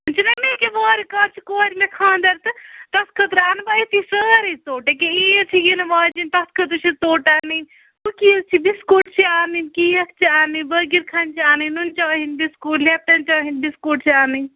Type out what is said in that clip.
سُہ چھُنہ مےٚ أکیاہ وارٕ کارٕ چھِ کورِ مہِٚ خانٛدَر تہٕ تَتھ خٲطرٕ اَنہٕ بہٕ أتہِ سٲرٕے ژوٚٹ أکیاہ عیٖد چھِ یِنہٕ واجِنۍ تَتھ خٲطرٕ چھِ ژوٚٹ اَنٕنۍ کُکیٖز چھِ بِسکوٗٹ چھِ اَنٕنۍ کیک چھِ اَنٕنۍ بٲکِر کھانہِ چھِ اَنٕنۍ نُننہٕ چایہِ ہِنٛدۍ بِسکوٗٹ لی۪پٹَن چایہِ ہِنٛدۍ بِسکوٗٹ چھِ اَنٕنۍ